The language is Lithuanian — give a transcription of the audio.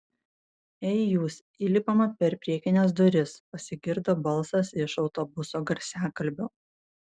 ei jūs įlipama per priekines duris pasigirdo balsas iš autobuso garsiakalbio